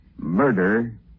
Murder